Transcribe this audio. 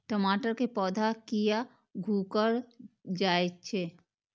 टमाटर के पौधा किया घुकर जायछे?